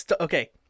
Okay